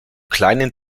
kleinen